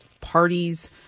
parties